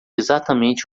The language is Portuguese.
exatamente